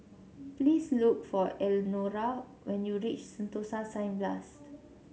please look for Elnora when you reach Sentosa Cineblast